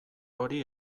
hori